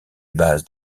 base